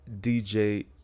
DJ